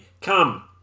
come